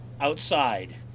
outside